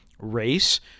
Race